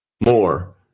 more